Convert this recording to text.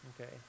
Okay